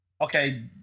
Okay